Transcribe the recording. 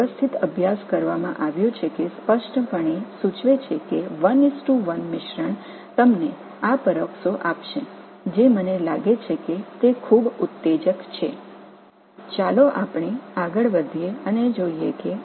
தொடர்ச்சியான ஆய்வுகள் உள்ளன முறையான ஆய்வுகள் செய்யப்பட்டுள்ளன இது 11 கலவை உங்களுக்கு இந்த பெராக்சோவைத் தரும் என்பதை தெளிவாகக் கூறுகிறது இது தொடங்குவது மிகவும் உற்சாகமானது என்று நான் நினைக்கிறேன்